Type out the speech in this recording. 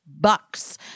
bucks